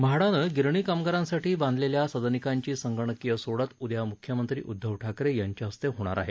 म्हाडानं गिरणी कामगारांसाठी बांधलेल्या सदनिकांची संगणकीय सोडत उद्या म्ख्यमंत्री उद्धव ठाकरे यांच्या हस्ते होणार आहे